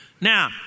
Now